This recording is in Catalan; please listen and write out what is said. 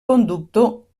conductor